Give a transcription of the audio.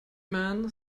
man